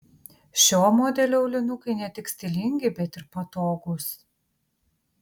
šio modelio aulinukai ne tik stilingi bet ir patogūs